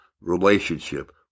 relationship